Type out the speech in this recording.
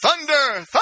thunder